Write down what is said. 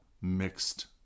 mixed